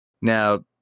Now